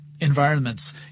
Environments